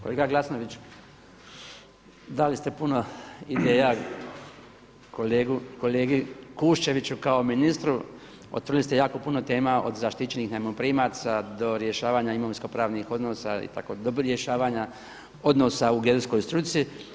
Kolega Glasnović, dali ste puno ideja kolegi Kuščeviću kao ministru, otvorili ste jako puno tema od zaštićenih najmoprimaca do rješavanja imovinskopravnih odnosa do rješavanja odnosa u geodetskoj struci.